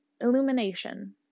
illumination